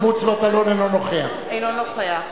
אינו נוכח